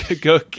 go